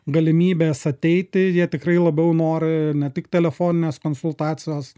galimybės ateiti jie tikrai labiau nori ne tik telefoninės konsultacijos